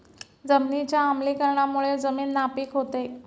जमिनीच्या आम्लीकरणामुळे जमीन नापीक होते